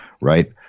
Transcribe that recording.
Right